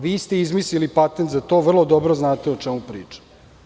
Vi ste izmislili patent za to, vrlo dobro znate o čemu pričam.